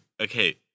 Okay